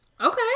Okay